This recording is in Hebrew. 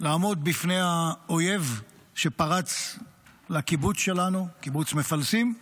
לעמוד בפני האויב שפרץ לקיבוץ שלנו, קיבוץ מפלסים.